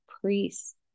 priests